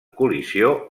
col·lisió